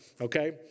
okay